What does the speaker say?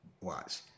Watch